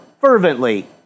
fervently